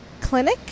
Clinic